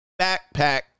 backpack